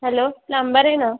hello ప్లంబరేనా